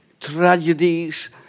tragedies